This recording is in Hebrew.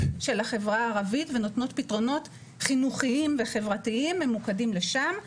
של החברה הערבית ונותנות פתרונות חינוכיים וחברתיים ממוקדים לשם.